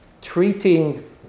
treating